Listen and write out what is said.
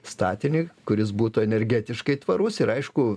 statinį kuris būtų energetiškai tvarus ir aišku